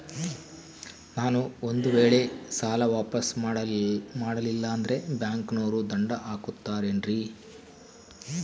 ನಾನು ಒಂದು ವೇಳೆ ಸಾಲ ವಾಪಾಸ್ಸು ಮಾಡಲಿಲ್ಲಂದ್ರೆ ಬ್ಯಾಂಕನೋರು ದಂಡ ಹಾಕತ್ತಾರೇನ್ರಿ?